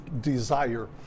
desire